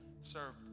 served